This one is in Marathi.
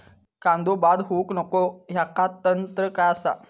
कांदो बाद होऊक नको ह्याका तंत्र काय असा?